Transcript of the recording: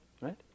right